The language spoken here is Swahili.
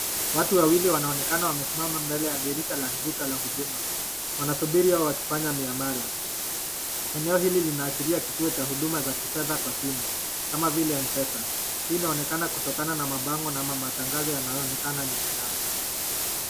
Watu wawili wanaonekana wamesimama mbele ya dirisha la duka la huduma. Wanasubiri wakifanya miamala. Eneo hili linaashiria kituo cha huduma za kifedha kwa simu, kama vile M-Pesa. Hii inaonekana kutokana na mabango na matangazo yanayoonekana nyuma yao.